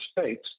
States